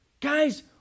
guys